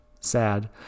sad